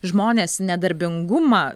žmonės nedarbingumą